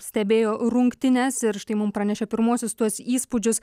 stebėjo rungtynes ir štai mum pranešė pirmuosius tuos įspūdžius